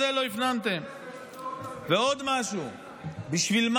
תבואו עוד שלוש שנים,